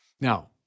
Now